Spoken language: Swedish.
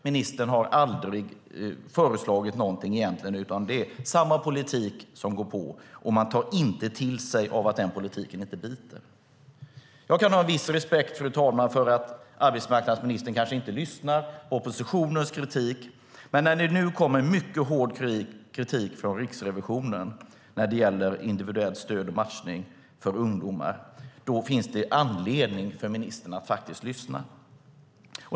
Hon har aldrig föreslagit något egentligen, utan det är samma politik som går på, och man tar inte till sig att den politiken inte biter. Jag kan ha en viss respekt för att arbetsmarknadsministern kanske inte lyssnar på oppositionens kritik, men när det nu kommer mycket hård kritik från Riksrevisionen när det gäller individuellt stöd och matchning för ungdomar finns det anledning för ministern att faktiskt lyssna.